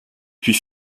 puis